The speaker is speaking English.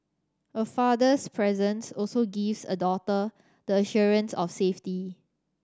a father's presence also gives a daughter the assurance of safety